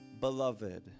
beloved